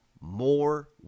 more